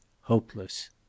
hopeless